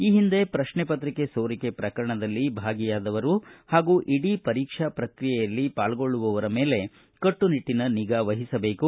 ಈ ಹಿಂದೆ ಪ್ರಶ್ನೆಪತ್ರಿಕೆ ಸೋರಿಕೆ ಪ್ರಕರಣದಲ್ಲಿ ಭಾಗಿಯಾದವರು ಹಾಗೂ ಇಡೀ ಪರೀಕ್ಷಾ ಪ್ರಕ್ರಿಯೆಯಲ್ಲಿ ಪಾಲ್ಗೊಳ್ಳುವವರ ಮೇಲೆ ಕಟ್ಟುನಿಟ್ಟನ ನಿಗಾವಹಿಸಬೇಕು